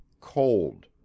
cold